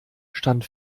stand